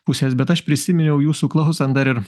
pusės bet aš prisiminiau jūsų klausant dar ir